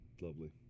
Lovely